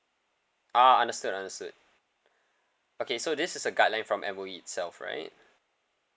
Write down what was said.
ah understood understood okay so this is a guideline from M_O_E itself right